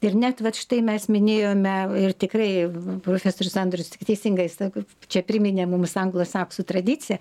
ir net vat štai mes minėjome ir tikrai profesorius andrius tik teisingai sako čia priminė mums anglosaksų tradiciją